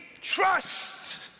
trust